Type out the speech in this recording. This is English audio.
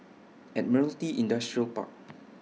Admiralty Industrial Park